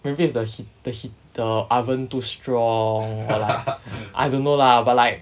maybe is the heat the heat the oven too strong or like I don't know lah but like